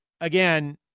again